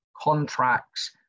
contracts